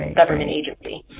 government agency.